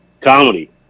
Comedy